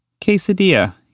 Quesadilla